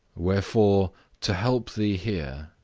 wherefore to help thee here,